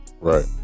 right